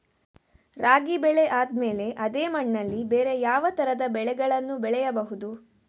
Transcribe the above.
ರಾಗಿ ಬೆಳೆ ಆದ್ಮೇಲೆ ಅದೇ ಮಣ್ಣಲ್ಲಿ ಬೇರೆ ಯಾವ ತರದ ಬೆಳೆಗಳನ್ನು ಬೆಳೆಯಬಹುದು?